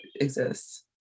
exists